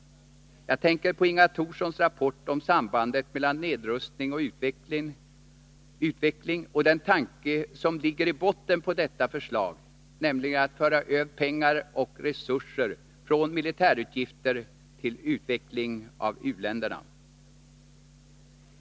Jag tänker på Inga Thorssons rapport om sambandet mellan nedrustning och utveckling och den tanke som ligger i botten på detta förslag, nämligen att föra över pengar och resurser från militärutgifter till utveckling av u-länderna.